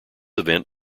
event